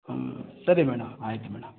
ಹುಂ ಸರಿ ಮೇಡಮ್ ಆಯ್ತು ಮೇಡಮ್